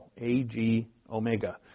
A-G-omega